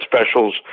specials